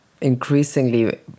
increasingly